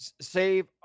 save